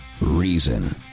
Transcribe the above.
Reason